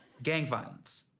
gang violence.